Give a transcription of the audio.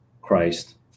Christ